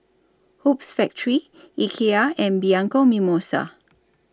Hoops Factory Ikea and Bianco Mimosa